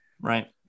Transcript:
Right